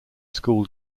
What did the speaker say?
school